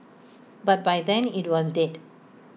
but by then IT was dead